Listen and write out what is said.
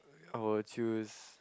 I will choose